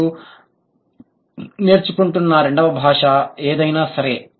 మీరు నేర్చుకుంటున్న రెండవ భాష ఏదైనా సరే